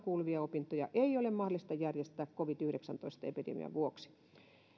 kuuluvia opintoja ei ole mahdollista järjestää covid yhdeksäntoista epidemian vuoksi